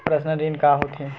Personal ऋण का होथे?